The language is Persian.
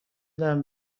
دهم